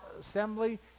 assembly